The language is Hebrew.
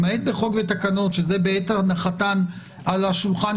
למעט בחוק ותקנות שזה בעת הנחתן על השולחן,